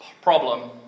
problem